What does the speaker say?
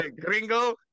gringo